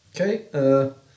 Okay